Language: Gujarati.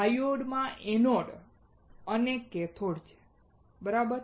ડાયોડ માં એનોડ અને કેથોડ છે બરાબર